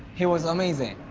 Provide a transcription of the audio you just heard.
he was amazing.